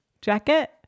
jacket